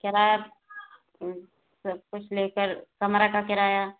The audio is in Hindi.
किराया सब कुछ लेकर कमरा का किराया